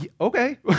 okay